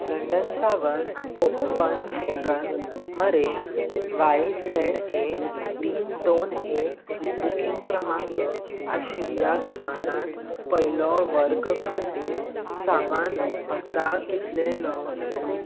London सावन Copenhagen मरेन Y Z A तीन दोन एक बुकींग क्रमांक आशिल्ल्या विमानांत पयलो वर्ग खातीर सामान भत्ता कितलेलो